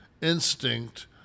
instinct